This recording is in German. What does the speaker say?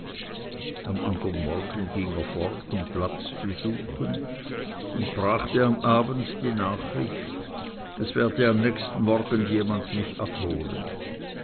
am andern morgen ging er fort um platz zu suchen und brachte am abend die nachricht es werde am nächsten morgen jemand mich abholen